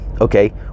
Okay